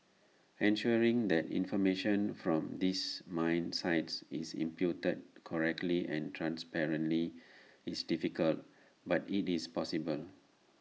ensuring that information from these mine sites is inputted correctly and transparently is difficult but IT is possible